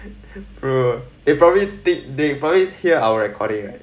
bro they probably they they probably hear our recording right